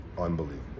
Unbelievable